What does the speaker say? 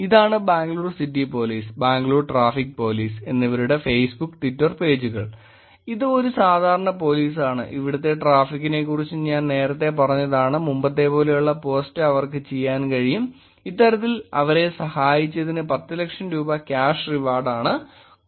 ഇതാണ് Bangalore city police Bangalore traffic police എന്നിവരുടെ Facebook Twitter പേജുകളാണ് ഇത് ഒരു സാധാരണ പോലീസാണ് ഇവിടുത്തെ ട്രാഫിക്കിനെക്കുറിച്ച് ഞാൻ നേരത്തേ പറഞ്ഞതാണ് മുമ്പത്തെപോലെയുള്ള പോസ്റ്റ് അവർക്ക് ചെയ്യാൻ കഴിയും ഇത്തരത്തിൽ അവരെ സഹായിച്ചതിന് 10 ലക്ഷം രൂപ ക്യാഷ് റിവാർഡാണ് കൊടുത്തത്